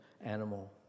animal